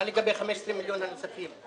מה לגבי 15 מיליון הנוספים?